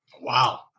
Wow